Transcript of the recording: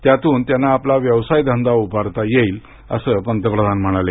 त्यातून त्यांना आपला व्यवसाय धंदा उभारता येईल असं पंतप्रधान म्हणाले